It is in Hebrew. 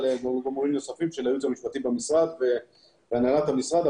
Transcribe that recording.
לגורמים נוספים של הייעוץ המשפטי במשרד ולהנהלת המשרד.